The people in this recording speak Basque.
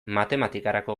matematikarako